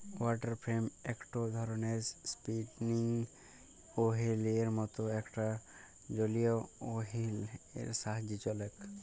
water frame একটো ধরণের spinning ওহীলের মত যেটা একটা জলীয় ওহীল এর সাহায্যে চলেক